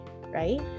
right